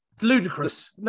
ludicrous